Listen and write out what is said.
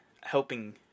helping